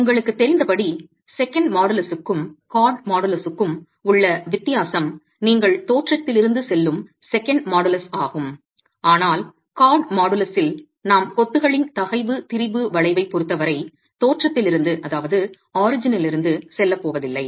உங்களுக்குத் தெரிந்தபடி செகண்ட் மாடுலஸுக்கும் கார்ட் மாடுலஸுக்கும் உள்ள வித்தியாசம் நீங்கள் தோற்றத்திலிருந்து செல்லும் செகண்ட் மாடுலஸ் ஆகும் ஆனால் கார்ட் மாடுலஸில் நாம் கொத்துகளின் தகைவு திரிபு வளைவைப் பொருத்தவரை தோற்றத்திலிருந்து செல்லப் போவதில்லை